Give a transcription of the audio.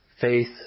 Faith